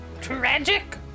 Tragic